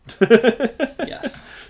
Yes